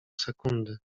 sekundy